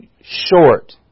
short